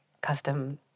custom